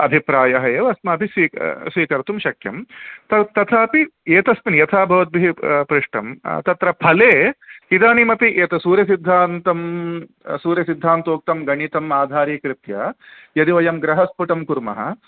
अभिप्रायः एव अस्माभिः स्वी स्वीकर्तुं शक्यं तत् तथापि एतस्मिन् यथा भवद्भिः प पृष्टं तत्र फले इदानीमपि एतत् सूर्यसिद्धान्तं सूर्यसिद्धान्तोक्तं गणितम् आधारीकृत्य यदि वयं गृहस्फुटं कुर्मः